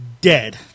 dead